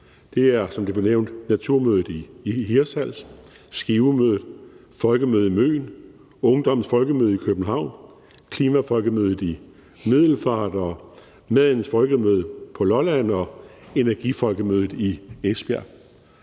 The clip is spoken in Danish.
Det er, som det blev nævnt, Naturmødet i Hirtshals, Skivemødet, Folkemøde Møn, Ungdommens Folkemøde i København, Klimafolkemødet i Middelfart og Madens Folkemøde på Lolland og Energiens Folkemøde i Esbjerg.